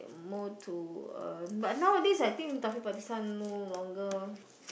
more to uh but nowadays I think Taufik Batisah no longer